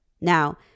Now